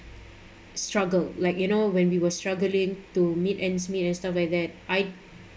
struggle like you know when we were struggling to make ends meet and stuff like that I